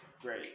great